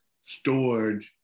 stored